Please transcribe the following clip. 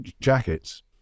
jackets